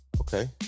Okay